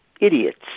idiots